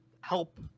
help